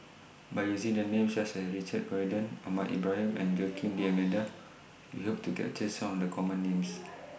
By using Names such as Richard Corridon Ahmad Ibrahim and Joaquim D'almeida We Hope to capture Some of The Common Names